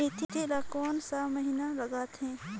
मेंथी ला कोन सा महीन लगथे?